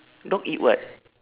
dog eat what